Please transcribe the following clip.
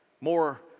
More